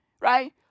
right